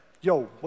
Yo